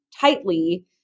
tightly